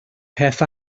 peth